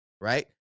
right